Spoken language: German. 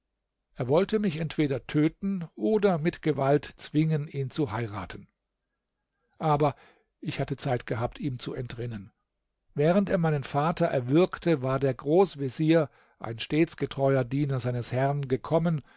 er wollte mich entweder töten oder mit gewalt zwingen ihn zu heiraten aber ich hatte zeit gehabt ihm zu entrinnen während er meinen vater erwürgte war der großvezier ein stets getreuer diener seines herrn gekommen